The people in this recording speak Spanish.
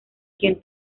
quien